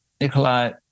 Nikolai